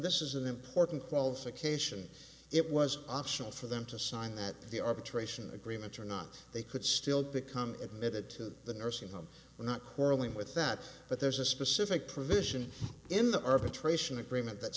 this is an important qualification it was optional for them to sign that the arbitration agreement or not they could still become admitted to the nursing home but not quarrelling with that but there's a specific provision in the earth to trace an agreement that